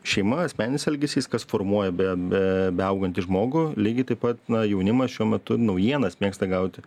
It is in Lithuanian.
šeima asmeninis elgesys kas formuoja be be beaugantį žmogų lygiai taip pat na jaunimas šiuo metu ir naujienas mėgsta gauti